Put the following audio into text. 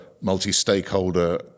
multi-stakeholder